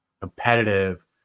competitive